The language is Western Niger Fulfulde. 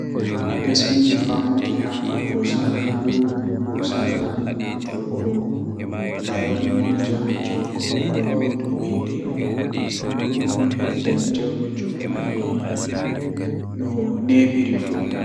Mi wiyan mo o wallina hakkilo maako kuugal na bedon heba dum be law ngamman o deita o wallina hakkilo maako be hakkilo o waran o heba kuugal bako o heba manbo to odon mari ceede sedda haa juude maako ndikka ofudda wailitukki ofudda sana'a ofudda wadugo be hakkilo hakkilo wawan kanjumma wara burinamo kuugal man